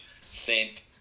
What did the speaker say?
Saint